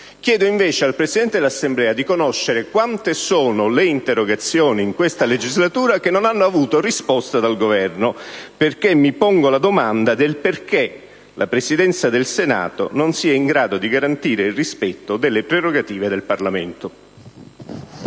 Chiedo invece al Presidente dell'Assemblea di sapere quante sono le interrogazioni presentate nel corso della legislatura che non hanno ricevuto risposta dal Governo. Mi pongo infatti la domanda del perché la Presidenza del Senato non sia in grado di garantire il rispetto delle prerogative del Parlamento.